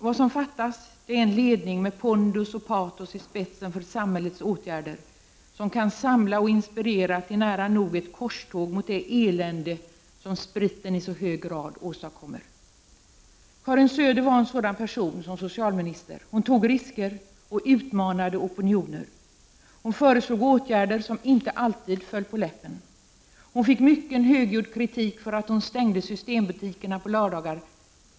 Vad som fattas är en ledning med pondus och patos i spetsen för samhällets åtgärder, en ledning som kan samla och inspirera till nära nog ett korståg mot det elände som spriten i så hög grad åstadkommer. Karin Söder var en sådan person som socialminister. Hon tog risker och utmanade opinioner. Hon föreslog åtgärder som inte alltid föll människor på läppen. Hon fick mycken och högljudd kritik för att hon stängde systembutikerna på lördagar.